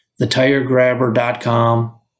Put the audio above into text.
thetiregrabber.com